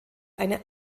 eine